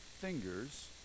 fingers